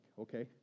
okay